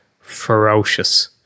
ferocious